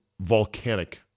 volcanic